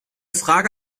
frage